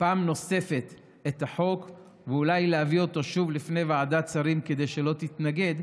פעם נוספת את החוק ואולי להביא אותו שוב לפני ועדת שרים כדי שלא תתנגד,